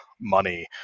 money